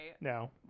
No